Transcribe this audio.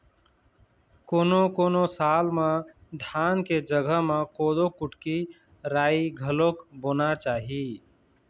कोनों कोनों साल म धान के जघा म कोदो, कुटकी, राई घलोक बोना चाही